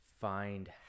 find